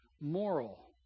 moral